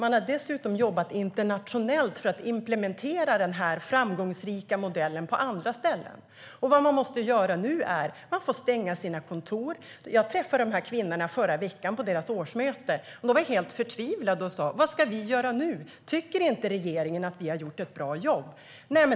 De har dessutom jobbat internationellt för att implementera denna framgångsrika modell på andra ställen. Nu får de stänga sina kontor. Jag träffade dessa kvinnor förra veckan när de hade sitt årsmöte. De var förtvivlade och sa: Vad ska vi göra nu? Tycker regeringen inte att vi har gjort ett bra jobb?